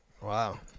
Wow